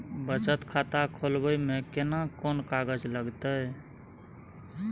बचत खाता खोलबै में केना कोन कागज लागतै?